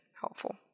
helpful